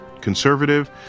conservative